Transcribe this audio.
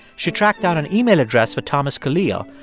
she tracked down an email address for thomas kalil,